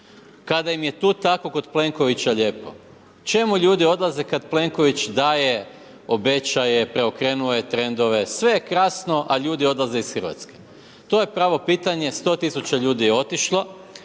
kada im je tu tako kod Plenkovića lijepo? Čemu ljudi odlaze kada Plenković daje, obećava, preokrenuo je trendove, sve je krasno a ljudi odlaze iz Hrvatske. To je pravo pitanje. 100 tisuća ljudi je otišlo.